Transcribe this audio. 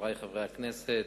חברי חברי הכנסת,